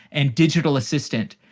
and digital assistant,